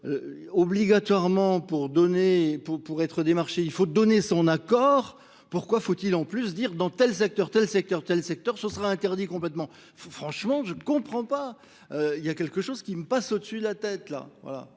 obligatoirement pour être démarché, il faut donner son accord. Pourquoi faut-il en plus dire dans tel secteur, tel secteur, tel secteur, ce sera interdit complètement ? Franchement, je ne comprends pas. Il y a quelque chose qui me passe au-dessus de la tête,